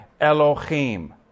Elohim